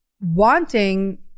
Wanting